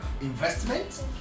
investment